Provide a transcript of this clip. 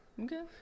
Okay